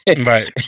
Right